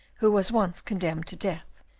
who was once condemned to death.